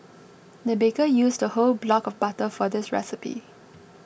the baker used a whole block of butter for this recipe